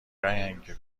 رنگی